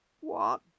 What